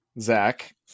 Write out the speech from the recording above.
Zach